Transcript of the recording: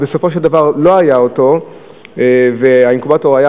ובסופו של דבר הוא לא היה והאינקובטור פעל על